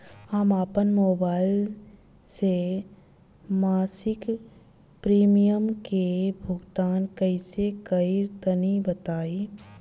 हम आपन मोबाइल से मासिक प्रीमियम के भुगतान कइसे करि तनि बताई?